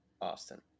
Austin